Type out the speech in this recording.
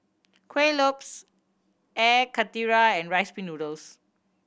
Kuih Lopes Air Karthira and Rice Pin Noodles